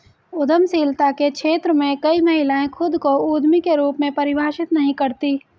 उद्यमशीलता के क्षेत्र में कई महिलाएं खुद को उद्यमी के रूप में परिभाषित नहीं करती